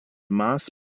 mars